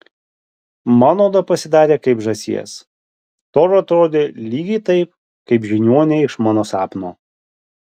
mano oda pasidarė kaip žąsies tora atrodė lygiai taip kaip žiniuonė iš mano sapno